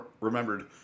remembered